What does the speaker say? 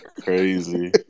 crazy